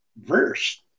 verse